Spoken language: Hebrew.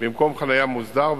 במקום חנייה מוסדר,